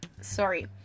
Sorry